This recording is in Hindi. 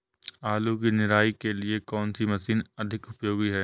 आलू की निराई के लिए कौन सी मशीन अधिक उपयोगी है?